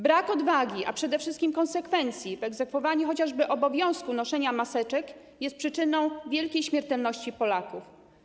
Brak odwagi, a przede wszystkim konsekwencji w egzekwowaniu chociażby obowiązku noszenia maseczek, jest przyczyną wielkiej śmiertelności Polaków.